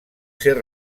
ser